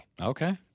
Okay